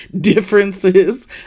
differences